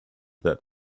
that